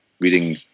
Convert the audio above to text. reading